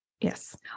Yes